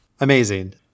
Amazing